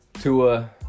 Tua